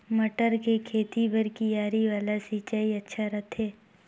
मटर के खेती बर क्यारी वाला सिंचाई अच्छा रथे?